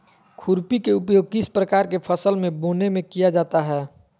खुरपी का उपयोग किस प्रकार के फसल बोने में किया जाता है?